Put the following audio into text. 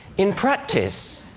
in practice,